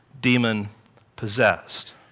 demon-possessed